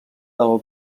del